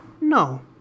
No